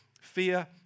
Fear